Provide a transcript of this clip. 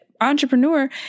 entrepreneur